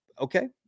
Okay